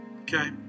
okay